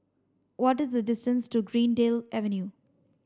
what the distance to Greendale Avenue